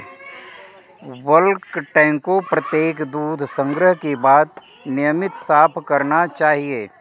bulk tank को प्रत्येक दूध संग्रह के बाद नियमित साफ करना चाहिए